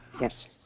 Yes